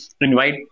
invite